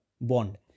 bond